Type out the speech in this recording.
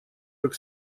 как